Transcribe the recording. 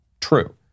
true